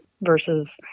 versus